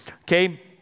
Okay